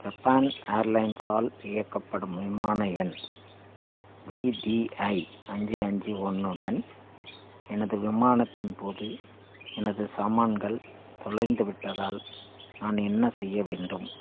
Japan ஏர்லைன்ஸால் இயக்கப்படும் விமான எண் வி டி ஐ அஞ்சு அஞ்சு ஒன்றுடன் எனது விமானத்தின் போது எனது சாமான்கள் தொலைந்துவிட்டதால் நான் என்ன செய்ய வேண்டும்